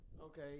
Okay